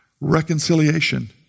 Reconciliation